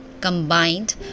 combined